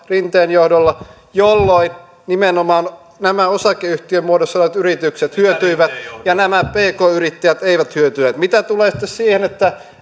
rinteen johdolla laskivat yhteisöveroa jolloin nimenomaan osakeyhtiömuodossa olevat yritykset hyötyivät ja pk yrittäjät eivät hyötyneet mitä tulee sitten siihen että